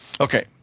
Okay